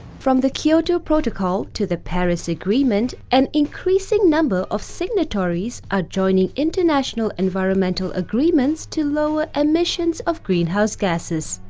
from the kyoto protocol to the paris agreement, an increasing number of signatories are joining international environmental agreements to lower emissions of greenhouse gases.